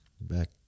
back